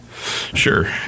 sure